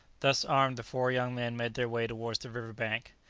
thus armed, the four young men made their way towards the river bank.